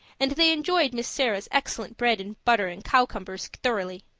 and they enjoyed miss sarah's excellent bread and butter and cowcumbers thoroughly.